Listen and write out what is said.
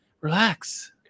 relax